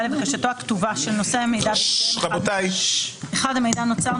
לבקשתו הכתובה של נושא המידע בהתקיים אחד מאלה: המידע נוצר,